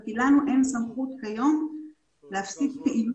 כי לנו אין היום סמכות להפסיק פעילות.